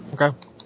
Okay